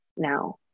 Now